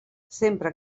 sempre